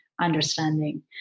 Understanding